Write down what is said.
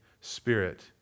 spirit